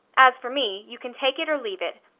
as for me, you can take it or leave it.